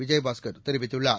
விஜயபாஸ்கர் தெரிவித்துள்ளார்